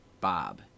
Bob